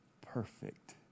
perfect